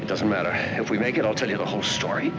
it doesn't matter if we make it i'll tell you the whole story